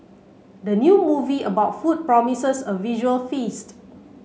the new movie about food promises a visual feast